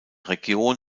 region